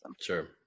Sure